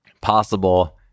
possible